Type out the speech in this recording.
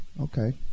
Okay